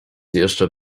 jeszcze